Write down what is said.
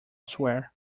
swear